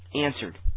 answered